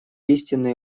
истинные